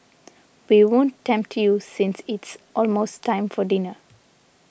we won't tempt you since it's almost time for dinner